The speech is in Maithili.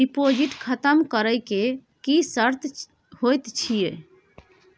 डिपॉजिट खतम करे के की सर्त होय छै?